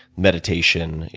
meditation,